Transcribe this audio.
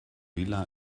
vila